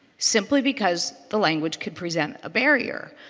simply because the language could present a barrier.